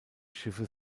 schiffe